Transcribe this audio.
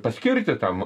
paskirti tam